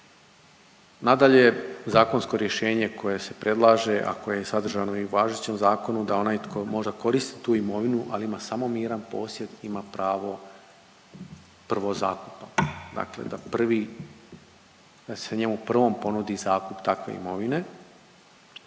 Nadalje, zakonsko rješenje koje se predlaže, a koje je sadržano i u važećem zakonu da onaj tko možda koristi tu imovinu ali ima samo miran posjed, ima pravo prvozakupa. Dakle da prvi, da se njemu prvom ponudi zakup takve imovine.